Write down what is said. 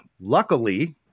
luckily